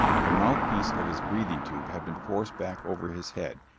the mouthpiece of his breathing tube had been forced back over his head,